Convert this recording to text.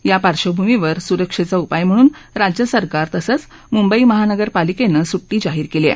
या पार्श्वभूमीवर सुरक्षेचा उपाय म्हणून राज्य सरकार तसंच मुंबई महानगर पालिकेनं सुट्टी जाहीर केली आहे